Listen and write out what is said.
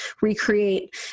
recreate